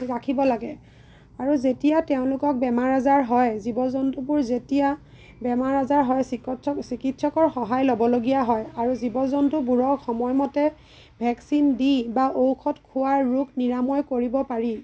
ৰাখিব লাগে আৰু যেতিয়া তেওঁলোকৰ বেমাৰ আজাৰ হয় জীৱ জন্তুবোৰ যেতিয়া বেমাৰ আজাৰ হয় চিকৎসক চিকিৎসকৰ সহায় ল'বলগীয়া হয় আৰু জীৱ জন্তুবোৰক সময়মতে ভেকচিন দি বা ঔষধ খুৱাই ৰোগ নিৰাময় কৰিব পাৰি